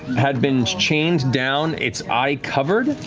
had been chained down, its eye covered,